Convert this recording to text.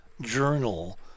journal